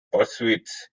pursuits